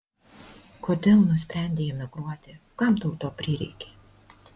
kodėl nusprendei emigruoti kam tau to prireikė